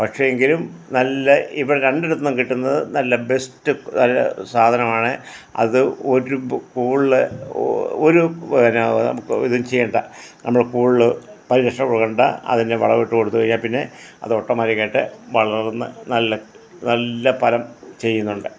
പക്ഷേ എങ്കിലും നല്ല ഇപ്പം രണ്ട് ഇടത്തുനിന്ന് കിട്ടുന്നത് നല്ല ബെസ്റ്റ് നല്ല സാധനമാണ് അത് ഒരു കൂടുതൽ ഒരു പിന്നെ ഇതിൽ ചെയ്യേണ്ട നമ്മൾ കൂടുതൽ പൈസ കൊടുക്കേണ്ട അതിന് വളം ഇട്ട് കൊടുത്ത് കഴിഞ്ഞാൽ പിന്നെ അത് ഓട്ടോമാറ്റിക്ക് ആയിട്ട് വളർന്ന് നല്ല നല്ല ഫലം ചെയ്യുന്നുണ്ട്